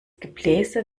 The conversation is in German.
gebläse